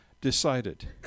decided